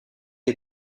est